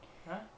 !huh!